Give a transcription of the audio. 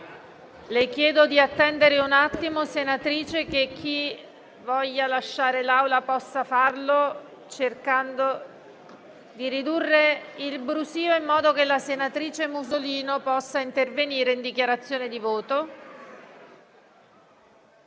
la prego di attendere un attimo. Chiedo a chi intende lasciare l'Emiciclo di farlo cercando di ridurre il brusìo, in modo che la senatrice Musolino possa intervenire in dichiarazione di voto.